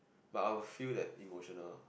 but I'll feel that emotional